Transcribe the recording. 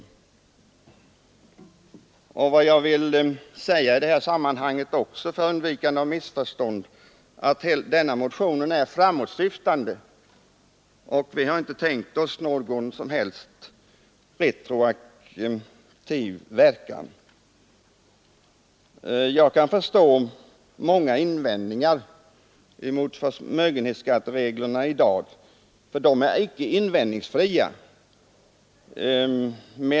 En annan sak som jag också vill säga i detta sammanhang för undvikande av missförstånd är att denna motion är framåtsyftande — vi har inte tänkt oss någon som helst retroaktiv verkan. Jag kan förstå många av invändningarna mot förmögenhetsskattereglerna, de är inte invändningsfria.